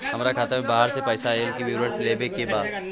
हमरा खाता में बाहर से पैसा ऐल है, से विवरण लेबे के बा?